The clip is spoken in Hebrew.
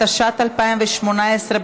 התשע"ט 2018,